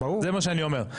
זה מה שאני אומר.